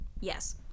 yes